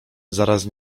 zaraz